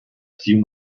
few